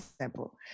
simple